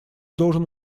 должен